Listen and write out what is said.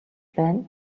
байна